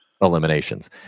eliminations